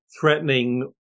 threatening